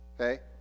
Okay